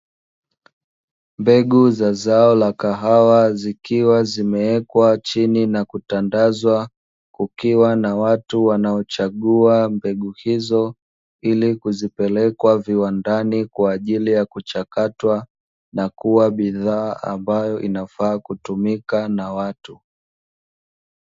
Mbegu za zao la kahawa, zikiwa zimewekwa chini na kutandazwa, kukiwa na watu wanaochagua mbegu hizo ili kuzipeleka viwandani kwa ajili ya kuchakatwa na kuwa bidhaa ambayo inafaa kutumika na watu.